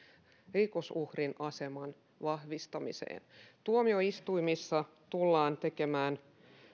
rikosuhrin aseman vahvistamiseen tuomioistuimissa tullaan tekemään